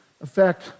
affect